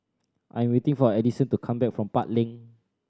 I am waiting for Edison to come back from Park Lane